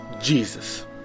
Jesus